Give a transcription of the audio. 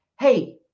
hey